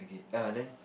okay err then